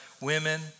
women